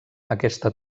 aquesta